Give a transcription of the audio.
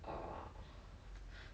err